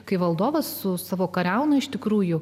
kai valdovas su savo kariauna iš tikrųjų